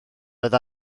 oedd